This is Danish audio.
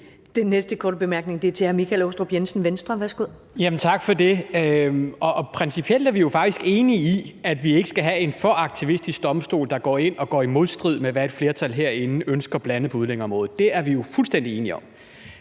Venstre. Værsgo. Kl. 13:41 Michael Aastrup Jensen (V): Tak for det. Principielt er vi jo faktisk enige i, at vi ikke skal have en for aktivistisk domstol, der går ind og går i modstrid med, hvad et flertal herinde ønsker, bl.a. på udlændingeområdet. Det er vi jo fuldstændig enige om.